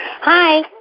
Hi